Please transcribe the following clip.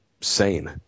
sane